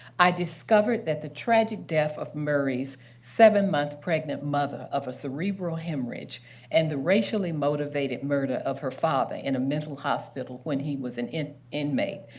i discovered that the tragic death of murray's seven-month pregnant mother of a cerebral hemorrhage and the racially-motivated murder of her father in a mental hospital when he was an inmate,